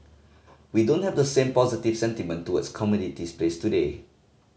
we don't have the same positive sentiment towards commodities plays today